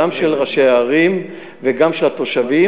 גם של ראשי הערים וגם של התושבים.